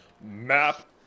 map